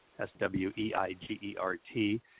S-W-E-I-G-E-R-T